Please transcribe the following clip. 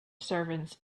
servants